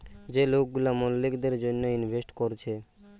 যে লোক গুলা মক্কেলদের জন্যে ইনভেস্ট কোরছে